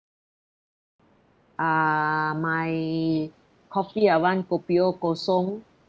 uh my coffee I want kopi O kosong